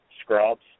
scrubs